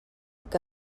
què